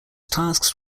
tasks